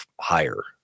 higher